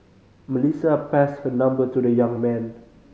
Melissa passed her number to the young man